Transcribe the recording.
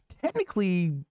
technically